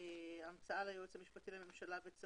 המצאה ליועץ המשפטי לממשלה - נתבקשנו להוריד.